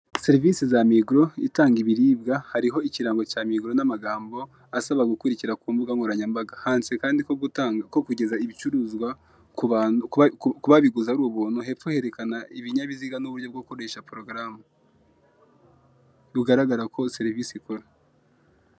Services by MIGRO that provided groceries. there is a MIGRO logo and words asking people to follow their social media accounts it also shows that delivery to their clients is free. Below are vehicles and instructions for using the program, showing the service is active.